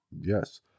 Yes